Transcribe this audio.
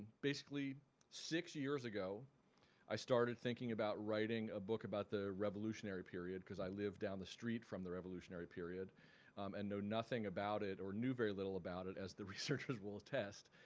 basically six years ago i started thinking about writing a book about the revolutionary period because i live down the street from the revolutionary period and know nothing about it or knew very little about it, as the researchers will attest,